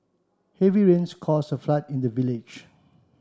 heavy rains cause a flood in the village